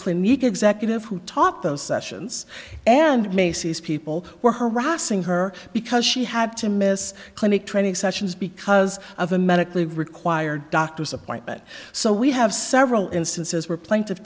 clinic executive who taught those sessions and macy's people were harassing her because she had to miss clinic training sessions because of a medically required doctor's appointment so we have several instances where plainti